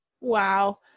Wow